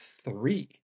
three